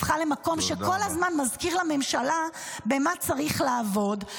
הפך למקום שכל הזמן מזכיר לממשלה במה צריך לעבוד.